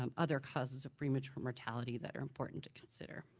um other causes of premature mortality that are important to consider.